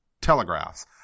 Telegraphs